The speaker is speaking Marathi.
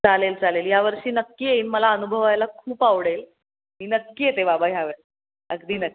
चालेल चालेल या वर्षी नक्की येईन मला अनुभवायला खूप आवडेल मी नक्की येते बाबा ह्यावेळी अगदी न